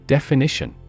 Definition